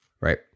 right